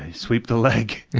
ah sweep the leg!